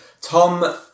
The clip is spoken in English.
Tom